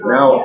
Now